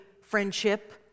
friendship